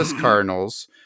Cardinals